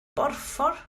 borffor